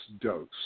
dose